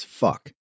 fuck